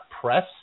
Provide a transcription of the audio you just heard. press